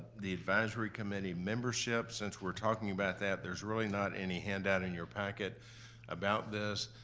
the advisory committee membership, since we're talking about that, there's really not any handout in your packet about this,